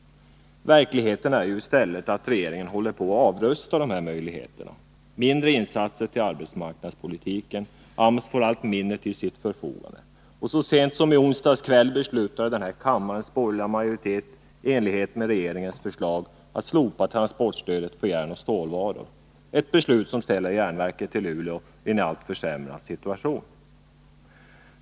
Verkligheten är ju i stället att regeringen håller på och avrustar dessa möjligheter genom mindre insatser till arbetsmarknadspolitiken. AMS får allt mindre medel till sitt förfogande, och så sent som i onsdags kväll beslutade kammarens borgerliga majoritet, i enlighet med regeringens förslag, att slopa transportstödet på järnoch stålvaror — ett beslut som ställer järnverket i Luleå i en alltmer försämrad situation.